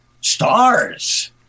stars